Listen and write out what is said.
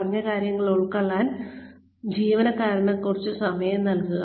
പറഞ്ഞ കാര്യങ്ങൾ ഉൾക്കൊള്ളാൻ ജീവനക്കാരന് കുറച്ച് സമയം നൽകുക